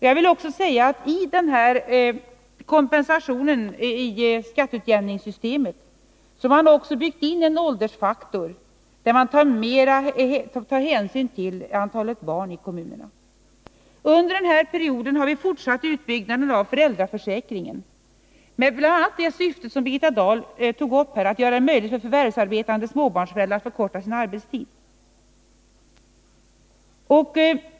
Jag vill också säga att man i denna kompensation i skatteutjämningssystemet också byggt in en åldersfaktor, där man tar hänsyn till antalet barn i kommunerna. Under den här perioden har vi fortsatt med utbyggnaden av föräldraförsäkringen i bl.a. det syfte som Birgitta Dahl här nämnde, nämligen att göra det möjligt för förvärvsarbetande småbarnsföräldrar att förkorta sin arbetstid.